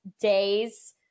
days